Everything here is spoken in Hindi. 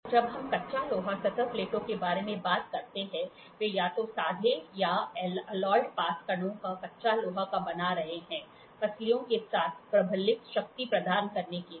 तो जब हम कच्चा लोहा सतह प्लेटों के बारे में बात करते हैं वे या तो सादे या एलॉयड पास कणों का कच्चा लोहा का बना रहे हैं पसलियों के साथ प्रबलित शक्ति प्रदान करने के लिए